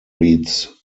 reads